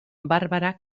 barbara